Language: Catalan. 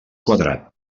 quadrat